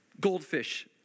goldfish